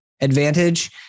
advantage